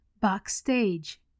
Backstage